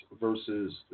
versus